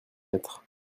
lettre